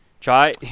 Try